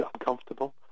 uncomfortable